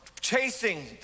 chasing